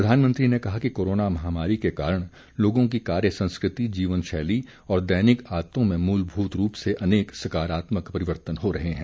प्रधानमंत्री ने कहा कि कोरोना महामारी के कारण लोगों की कार्य संस्कृति जीवन शैली और दैनिक आदतों में मूलभूत रूप से अनेक सकारात्मक परिवर्तन हो रहे हैं